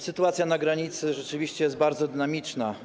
Sytuacja na granicy rzeczywiście jest bardzo dynamiczna.